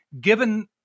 given